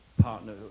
partner